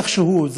איך שהוא,